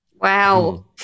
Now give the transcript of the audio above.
Wow